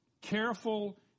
careful